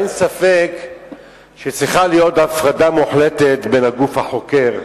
אין ספק שצריכה להיות הפרדה מוחלטת בין הגוף החוקר,